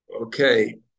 okay